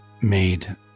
made